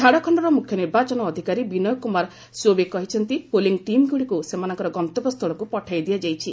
ଝାଡ଼ଖଣ୍ଡର ମୁଖ୍ୟ ନିର୍ବାଚନ ଅଧିକାରୀ ବିନୟ କୁମାର ଚୌବେ କହିଛନ୍ତି ପୁଲିଂ ଟିମ୍ଗୁଡ଼ିକୁ ସେମାନଙ୍କର ଗନ୍ତବ୍ୟସ୍ଥଳକୁ ପଠାଇ ଦିଆଯାଇଛି